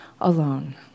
alone